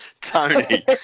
Tony